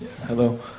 Hello